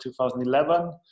2011